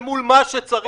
אל מול מה שצריך לעשות.